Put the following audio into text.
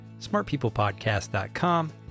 smartpeoplepodcast.com